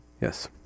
Yes